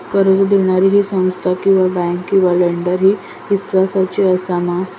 कर्ज दिणारी ही संस्था किवा बँक किवा लेंडर ती इस्वासाची आसा मा?